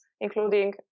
including